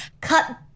Cut